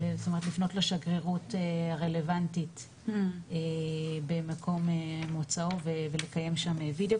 לפנות לשגרירות הרלבנטית במקום מוצאו ולקיים שם וידאו